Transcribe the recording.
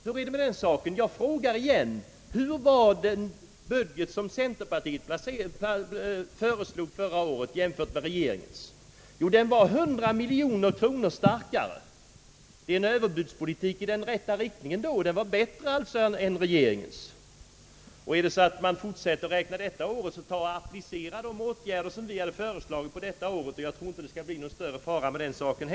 Hur är det med den saken? Jag frågar igen: Hur var den budget, som centerpartiet föreslog i fjol, jämförd med regeringens? Jo, den var 100 miljoner kronor starkare. Det är alltså en överbudspolitik 1 den rätta riktningen, eftersom vårt förslag var bättre än regeringens. Och applicerar man de åtgärder, som centerpartiet föreslog i fjol, på den aktuella budgeten tror jag inte heller att det skall bli någon större fara med den saken.